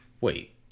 Wait